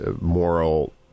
moral